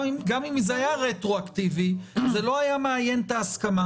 גם אם זה היה רטרואקטיבי זה לא היה מאין את ההסכמה.